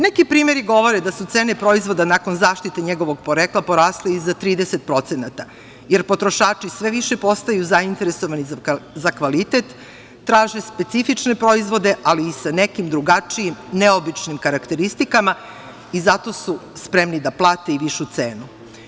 Neki primeri govore da su cene proizvoda nakon zaštite njegovog porekla porasle i za 30% jer potrošači sve više postaju zainteresovani za kvalitet, traže specifične proizvoda, ali sa nekim drugačijim neobičnim karakteristikama i zato su spremni da plate i višu cenu.